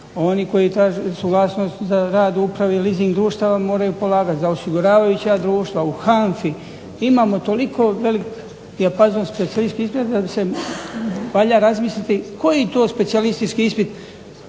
Oni koji traže suglasnost za rad u upravi leasing društava moraju polagati, za osiguravajuća društva u HANFA-i. Imamo toliko velik dijapazon specijalističkih ispita da se valja razmisliti koji to specijalistički ispit